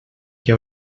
que